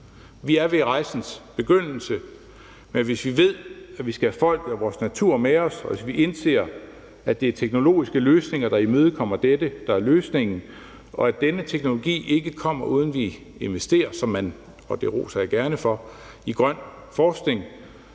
Vi er ved rejsens begyndelse, men hvis vi ved, at vi skal have folket og vores natur med os, og hvis vi indser, at det er teknologiske løsninger, der imødekommer dette, der er løsningen, og at denne teknologi ikke kommer, uden vi investerer – og det roser jeg gerne for – i grøn forskning,